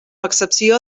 excepció